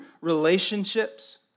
relationships